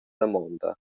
damonda